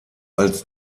als